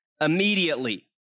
immediately